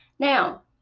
Now